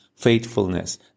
faithfulness